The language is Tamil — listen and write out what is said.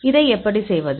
இதை எப்படி செய்வது